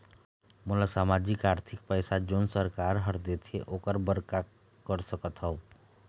मोला सामाजिक आरथिक पैसा जोन सरकार हर देथे ओकर बर का कर सकत हो?